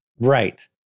Right